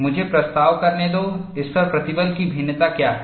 मुझे प्रस्ताव करने दो इस पर प्रतिबल की भिन्नता क्या है